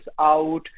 out